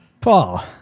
Paul